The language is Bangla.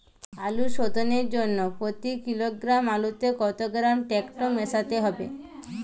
আলু শোধনের জন্য প্রতি কিলোগ্রাম আলুতে কত গ্রাম টেকটো মেশাতে হবে?